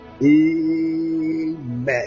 Amen